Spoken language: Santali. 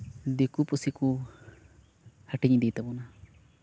ᱫᱤᱠᱩ ᱯᱩᱥᱤ ᱠᱚ ᱦᱟᱹᱴᱤᱧ ᱤᱫᱤ ᱛᱟᱵᱳᱱᱟ